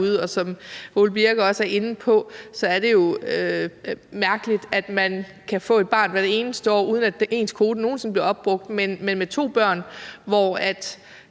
Og som hr. Ole Birk Olesen også er inde på, er det jo mærkeligt, man kan få et barn hvert eneste år, uden at ens kvote nogen sinde bliver opbrugt. Men med to børn er